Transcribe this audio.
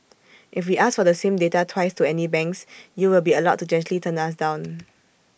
if we ask for the same data twice to any banks you will be allowed to gently turn us down